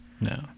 No